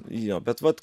jo bet vat